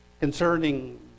concerning